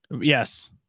Yes